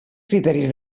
criteris